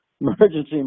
emergency